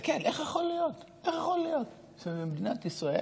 איך יכול להיות שבמדינת ישראל